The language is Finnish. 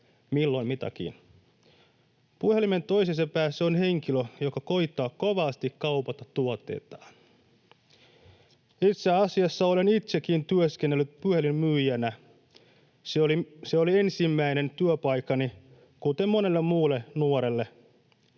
milloin mitäkin. Puhelimen toisessa päässä on henkilö, joka koettaa kovasti kaupata tuotteitaan. Itse asiassa olen itsekin työskennellyt puhelinmyyjänä. Se oli ensimmäinen työpaikkani, kuten monelle muulle nuorelle.